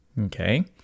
Okay